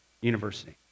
university